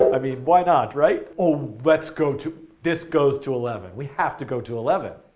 i mean, why not, right? oh, let's go to, this goes to eleven, we have to go to eleven.